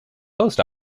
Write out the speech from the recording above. post